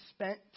spent